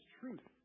truth